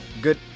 Good